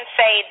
say